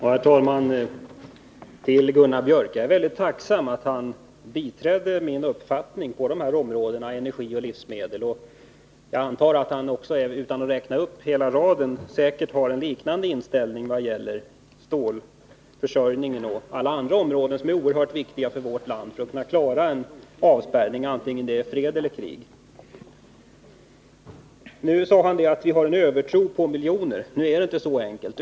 Herr talman! Till Gunnar Björk i Gävle vill jag säga att jag är väldigt tacksam för att han biträdde min uppfattning i fråga om områdena energi och livsmedel. Jag antar att han också — utan att räkna upp hela raden av områden — har en liknande inställning vad gäller stålförsörjningen och alla andra områden som är oerhört viktiga för vårt land för att vi skall kunna klara en avspärrning, vare sig det är fred eller krig. Gunnar Björk sade att vi i vpk har en övertro på miljoner. Det är inte så enkelt.